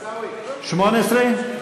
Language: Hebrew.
18?